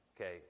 Okay